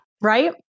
Right